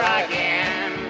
again